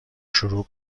شروع